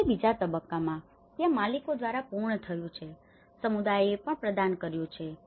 પછી બીજા તબક્કામાં ત્યાં માલિકો દ્વારા પૂર્ણ થયું છે સમુદાયોએ પણ પ્રદાન કર્યું છે